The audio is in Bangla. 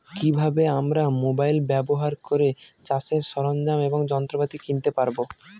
কি ভাবে আমরা মোবাইল ব্যাবহার করে চাষের সরঞ্জাম এবং যন্ত্রপাতি কিনতে পারবো?